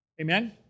Amen